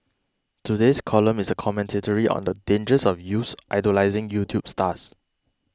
today's column is a commentary on the dangers of youths idolising YouTube stars